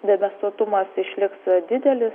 debesuotumas išliks didelis